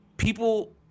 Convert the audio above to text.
People